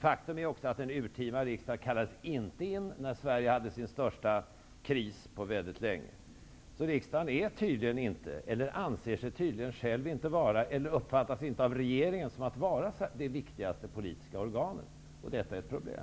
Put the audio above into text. Faktum är också att en urtima riksdag inte kallades in när Sverige hade sin största kris på mycket länge. Riksdagen är tydligen inte, anser sig själv inte vara eller uppfattas inte av regeringen som det viktigaste politiska organet. Detta är ett problem.